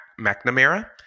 McNamara